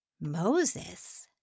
Moses